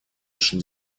наших